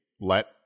let